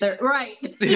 right